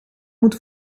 moet